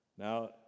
Now